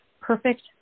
perfect